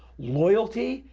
loyalty?